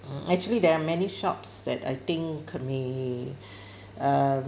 mm actually there are many shops that I think can be um